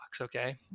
okay